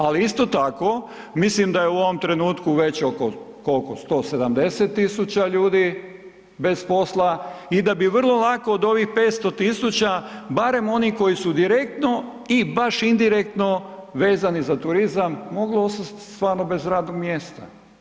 Ali isto tako mislim da je u ovom trenutku već oko koliko, 170 000 ljudi bez posla i da bi vrlo lako od ovih 500 000 barem onih koji su direktno i baš indirektno vezani za turizam, moglo ostat stvarno bez radnog mjesta.